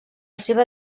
seva